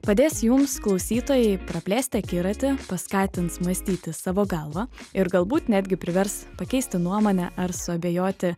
padės jums klausytojai praplėsti akiratį paskatins mąstyti savo galva ir galbūt netgi privers pakeisti nuomonę ar suabejoti